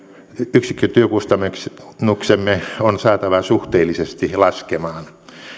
yksikkötyökustannuksemme on saatava suhteellisesti laskemaan